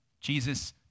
Jesus